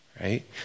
Right